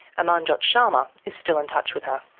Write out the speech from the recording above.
amanjot sharma is still in touch with her.